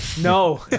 No